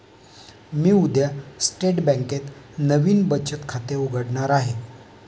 मी उद्या स्टेट बँकेत नवीन बचत खाते उघडणार आहे